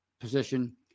position